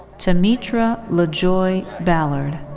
tametra lajoie ballard.